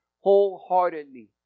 wholeheartedly